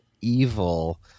evil